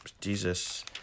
Jesus